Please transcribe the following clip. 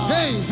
Hey